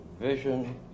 vision